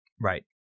right